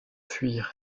fuir